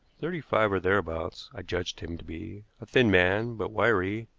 thirty-five or thereabouts, i judged him to be a thin man, but wiry,